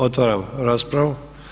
Otvaram raspravu.